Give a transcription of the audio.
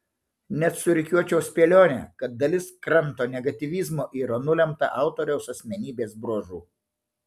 net surikiuočiau spėlionę kad dalis kranto negatyvizmo yra nulemta autoriaus asmenybės bruožų